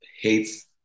hates